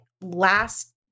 last